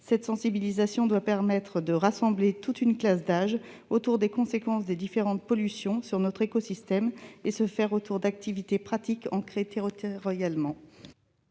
Cette sensibilisation doit permettre de rassembler toute une classe d'âge autour des conséquences des différentes pollutions sur notre écosystème et doit s'articuler autour d'activités pratiques ancrées territorialement.